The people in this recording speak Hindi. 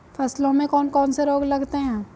फसलों में कौन कौन से रोग लगते हैं?